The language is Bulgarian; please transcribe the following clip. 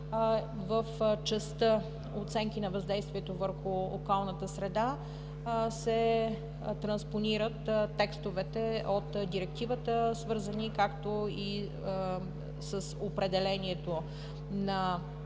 в частта оценки на въздействието върху околната среда, се транспонират текстовете от Директивата, свързани както с определението на